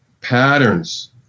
patterns